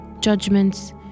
judgments